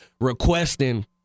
requesting